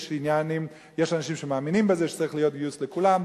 יש אנשים שמאמינים שצריך להיות גיוס לכולם.